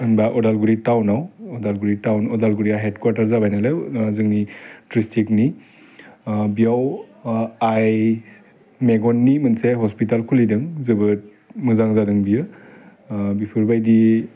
होनबा अदालगुरि टाउनाव अदालगुरि टाउन अदालगुरिआ हेड कुवाटार जाबाय नालाय जोंनि ड्रिस्टिक्टनि बियाव आयेस मोगननि मोनसे हस्पिताल खुलिदों जोबोद मोजां जादों बियो बिफोरबायदि